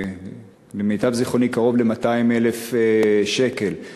למיטב זיכרוני קרוב ל-200,000 שקל.